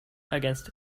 against